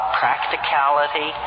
practicality